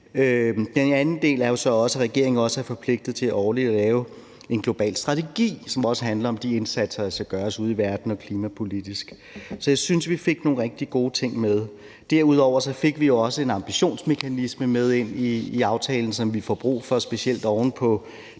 Den anden del er så også, at regeringen også er forpligtet til årligt at lave en global strategi, som handler om de indsatser, der skal gøres ude i verden og klimapolitisk. Så jeg synes, vi fik nogle rigtig gode ting med. Derudover fik vi også en ambitionsmekanisme med ind i aftalen, som vi får brug for, specielt oven på